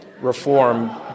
reform